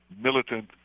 militant